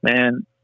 Man